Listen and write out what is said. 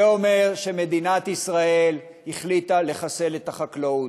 זה אומר שמדינת ישראל החליטה לחסל את החקלאות.